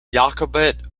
jacobite